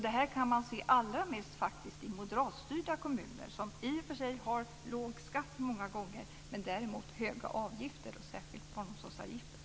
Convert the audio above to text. Det här kan man se allra mest i moderatstyrda kommuner, som i och för sig många gånger har låg skatt men däremot höga avgifter, särskilt barnomsorgsavgifter.